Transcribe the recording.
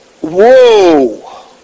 Whoa